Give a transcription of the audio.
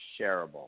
shareable